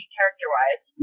character-wise